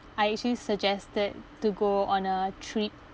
I actually suggested to go on a trip